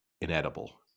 inedible